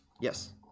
Yes